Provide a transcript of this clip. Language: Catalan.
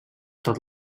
tot